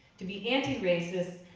to be anti-racist,